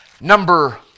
number